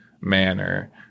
manner